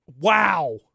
Wow